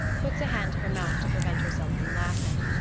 puts a hand to her mouth to prevent herself from laughing.